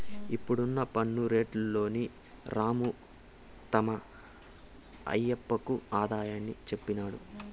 ఇప్పుడున్న పన్ను రేట్లలోని రాము తమ ఆయప్పకు ఆదాయాన్ని చెప్పినాడు